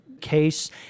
case